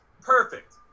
Perfect